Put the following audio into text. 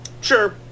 Sure